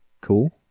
cool